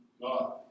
God